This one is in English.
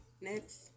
Next